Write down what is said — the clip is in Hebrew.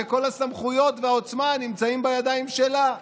שכל הסמכויות והעוצמה נמצאות בידיים שלה.